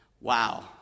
wow